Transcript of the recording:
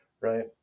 right